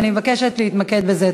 ואני מבקשת להתמקד בזה,